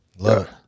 Love